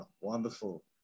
wonderful